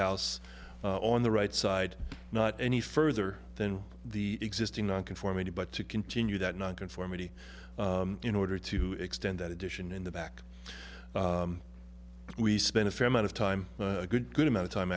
house on the right side not any further than the existing non conformity but to continue that non conformity in order to extend that addition in the back we spent a fair amount of time a good good amount of time